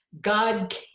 God